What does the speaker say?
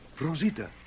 Rosita